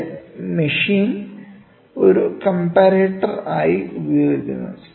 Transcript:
ഇവിടെ മെഷീൻ ഒരു കംപരേറ്റർ ആയി ഉപയോഗിക്കുന്നു